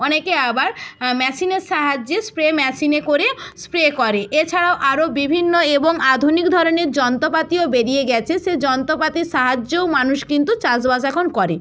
অনেকে আবার মেশিনের সাহায্যে স্প্রে মেশিনে করেও স্প্রে করে এছাড়াও আরও বিভিন্ন এবং আধুনিক ধরনের যন্ত্রপাতিও বেরিয়ে গিয়েছে সে যন্ত্রপাতির সাহায্যেও মানুষ কিন্তু চাষবাস এখন করে